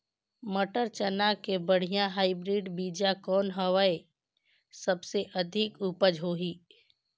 मटर, चना के बढ़िया हाईब्रिड बीजा कौन हवय? सबले अधिक उपज होही?